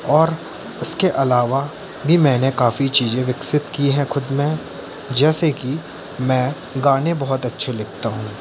और इसके अलावा भी मैंने काफ़ी चीज़ें विकसित की हैं खुद में जैसे कि मैं गाने बहुत अच्छे लिखता हूँ